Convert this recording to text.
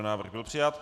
Návrh byl přijat.